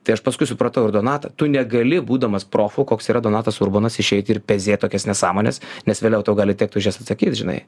tai aš paskui supratau ir donatą tu negali būdamas profu koks yra donatas urbonas išeiti ir pezėt tokias nesąmones nes vėliau tau gali tekt už jas atsakyt žinai